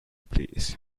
please